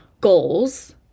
goals